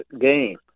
game